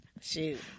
Shoot